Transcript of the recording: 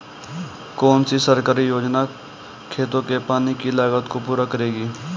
कौन सी सरकारी योजना खेतों के पानी की लागत को पूरा करेगी?